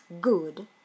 good